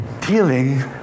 dealing